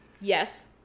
Yes